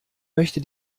möchte